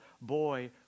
boy